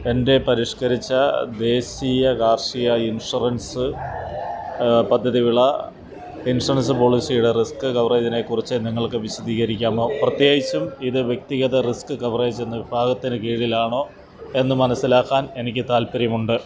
എൻ്റെ പരിഷ്കരിച്ച ദേശീയ കാർഷിക ഇൻഷുറൻസ് പദ്ധതി വിള ഇൻഷുറൻസ് പോളിസിയുടെ റിസ്ക് കവറേജിനെക്കുറിച്ച് നിങ്ങൾക്ക് വിശദീകരിക്കാമോ പ്രത്യേകിച്ചും ഇത് വ്യക്തിഗത റിസ്ക് കവറേജ് എന്ന വിഭാഗത്തിന് കീഴിലാണോയെന്ന് മനസിലാക്കാൻ എനിക്ക് താൽപ്പര്യമുണ്ട്